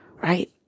right